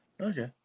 Okay